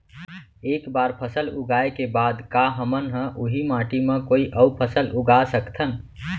एक बार फसल उगाए के बाद का हमन ह, उही माटी मा कोई अऊ फसल उगा सकथन?